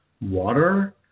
water